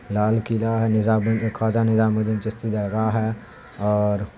لال قلعہ ہے Nizamuddin Khwaja Nizamuddin Chishti درگاہ ہے اور